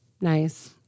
Nice